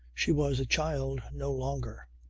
she was a child no longer.